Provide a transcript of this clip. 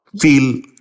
feel